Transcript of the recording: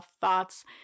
thoughts